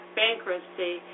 bankruptcy